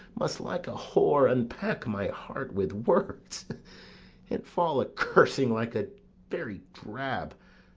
must, like a whore, unpack my heart with words and fall a-cursing like a very drab,